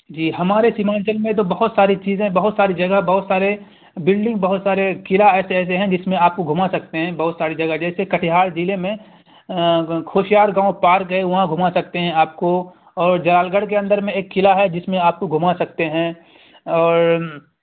جی ہمارے سیمانچل میں تو بہت ساری چیزیں بہت ساری جگہ بہت سارے بلڈنگ بہت سارے قلعہ ایسے ایسے ہیں جس میں آپ کو گھما سکتے ہیں بہت ساری جگہ جیسے کٹیہار ضلع میں کھسیار گاؤں پارک ہے وہاں گھما سکتے ہیں آپ کو اور جال گڑھ کے اندر میں ایک قلعہ ہے جس میں آپ کو گھما سکتے ہیں اور